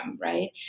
right